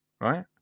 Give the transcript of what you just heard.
right